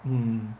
mm